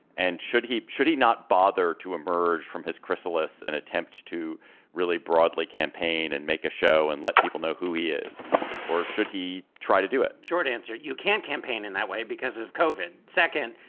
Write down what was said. and should he should he not bother to emerge from his chrysalis and attempt to really broadly campaign and make a show and let people know who he is or should he try to do it? short answer. you can't campaign in that way because of covid. second,